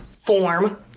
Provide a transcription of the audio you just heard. form